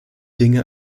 dinge